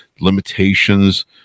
limitations